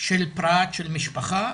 של פרט, של משפחה,